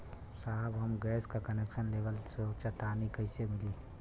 साहब हम गैस का कनेक्सन लेवल सोंचतानी कइसे मिली?